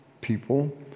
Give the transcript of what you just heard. people